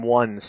one